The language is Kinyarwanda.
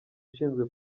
ushinzwe